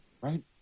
right